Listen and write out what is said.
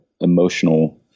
emotional